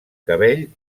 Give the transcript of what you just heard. cabell